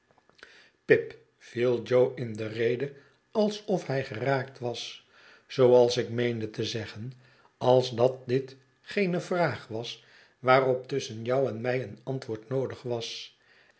pip viel jo in de rede alsof hij geraakt was zooals ik meende te zeggen als dat dit geene vraag was waarop tusschen jou en mij een antwoord noodig was